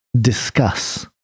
discuss